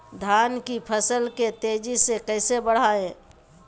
धान की फसल के तेजी से कैसे बढ़ाएं?